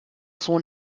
sohn